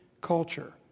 culture